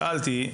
שאלתי,